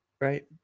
Right